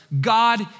God